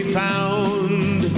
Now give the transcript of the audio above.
found